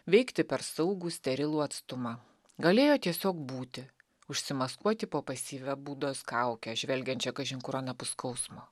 veikti per saugų sterilų atstumą galėjo tiesiog būti užsimaskuoti po pasyvią budos kauke žvelgiančia kažin kur anapus skausmo